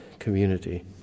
Community